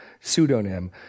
pseudonym